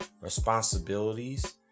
responsibilities